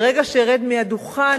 ברגע שארד מהדוכן,